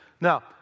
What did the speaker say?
Now